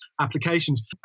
applications